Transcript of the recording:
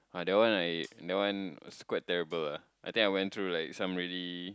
ah that one I that one it's quite terrible ah I think I went through like some really